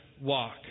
walk